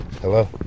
Hello